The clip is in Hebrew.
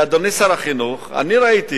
אדוני שר החינוך, אני הייתי